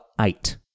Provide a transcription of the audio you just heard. eight